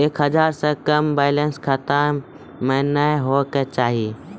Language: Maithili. एक हजार से कम बैलेंस खाता मे नैय होय के चाही